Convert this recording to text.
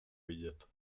vidět